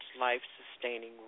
life-sustaining